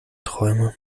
träumer